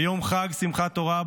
ביום חג שמחת תורה,